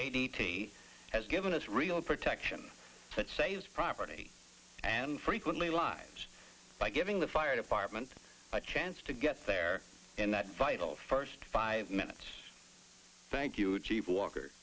t has given us real protection that saves property and frequently lives by giving the fire department a chance to get there in that vital first five minutes thank you chief walker